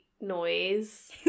noise